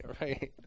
Right